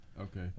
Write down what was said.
Okay